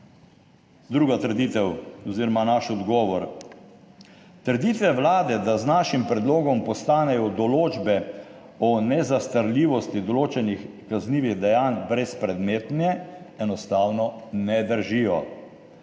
Druga trditev oziroma naš odgovor. Trditve Vlade, da z našim predlogom postanejo določbe o nezastarljivosti določenih kaznivih dejanj brezpredmetne, enostavno ne držijo.